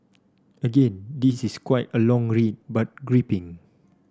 again this is quite a long read but gripping